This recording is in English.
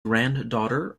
granddaughter